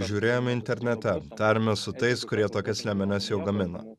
žiūrėjome internete tarėmės su tais kurie tokias liemenes jau gamina